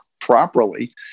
properly